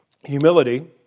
Humility